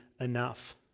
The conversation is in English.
enough